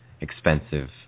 expensive